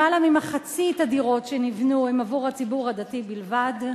למעלה ממחצית הדירות שנבנו הן עבור הציבור הדתי בלבד.